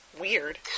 weird